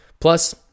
Plus